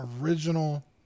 original